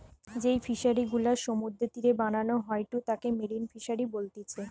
যেই ফিশারি গুলা সমুদ্রের তীরে বানানো হয়ঢু তাকে মেরিন ফিসারী বলতিচ্ছে